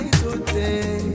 today